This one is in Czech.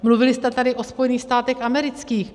Mluvili jste tady o Spojených státech amerických.